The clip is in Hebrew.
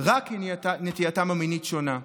רק כי נטייתם המינית שונה?